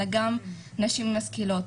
אלא גם נשים משכילות.